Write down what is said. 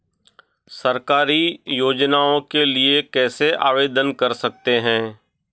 सरकारी योजनाओं के लिए कैसे आवेदन कर सकते हैं?